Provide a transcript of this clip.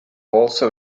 also